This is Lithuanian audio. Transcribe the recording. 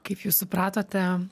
kaip jūs supratote